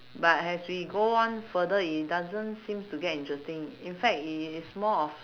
but as we go on further it doesn't seems to get interesting in fact it is more of